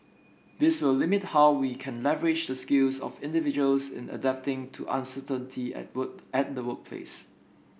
this will limit how we can leverage the skills of individuals in adapting to uncertainty at work at the workplace